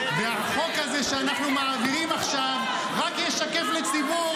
החוק הזה שאנחנו מעבירים עכשיו רק ישקף לציבור